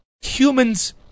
humans